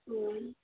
ಊಂ